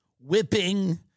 Whipping